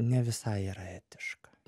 ne visai yra etiška